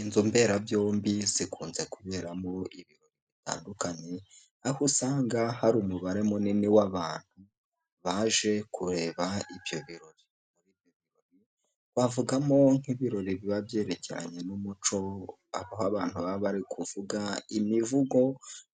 Inzu mberabyombi zikunze kubera mu ibiro bitandukanye aho usanga hari umubare munini w'abantu baje kureba ibyo birori, bavugamo nk'ibirori biba byerekeranye nk'umuco aho abantu baba bari kuvuga imivugo